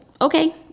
okay